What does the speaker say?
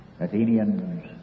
Athenians